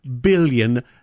billion